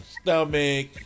stomach